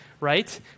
right